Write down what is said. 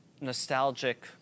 nostalgic